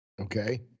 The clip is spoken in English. Okay